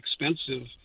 expensive